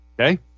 okay